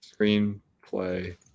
screenplay